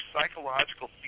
psychological